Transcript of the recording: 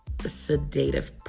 sedative